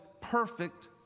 perfect